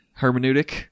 hermeneutic